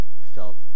felt